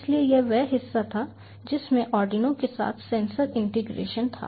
इसलिए यह वह हिस्सा था जिसमें आर्डिनो के साथ सेंसर इंटीग्रेशन था